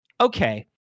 Okay